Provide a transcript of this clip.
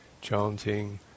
chanting